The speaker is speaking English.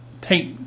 take